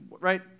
right